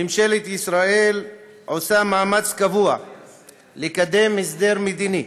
ממשלת ישראל עושה מאמץ קבוע לקדם הסדר מדיני,